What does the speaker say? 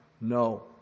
No